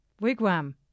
Wigwam